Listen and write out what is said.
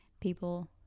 people